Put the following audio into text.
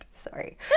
Sorry